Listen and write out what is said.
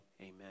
amen